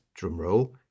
drumroll